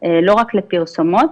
לא רק לפרסומות,